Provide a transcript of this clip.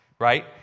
right